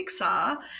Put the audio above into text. Pixar